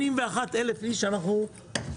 81,000 איש שאנחנו,